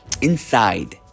inside